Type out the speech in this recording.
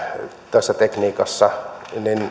tässä tekniikassa